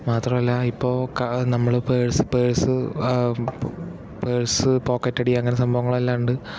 മാത്രമല്ല ഇപ്പോൾ കാ നമ്മള് പേഴ്സ് പേഴ്സ് ആ പേഴ്സ് പോക്കറ്റടി അങ്ങനെ സംഭവങ്ങളെല്ലാം ഉണ്ട്